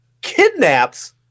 kidnaps